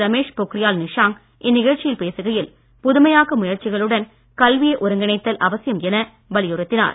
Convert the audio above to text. ரமேஷ் பொக்ரியால் நிஷாங்க் இந்நிகழ்ச்சியில் பேசுகையில் புதுமையாக்க முயற்சிகளுடன் கல்வியை ஒருங்கிணைத்தல் அவசியம் என வலியுறுத்தினார்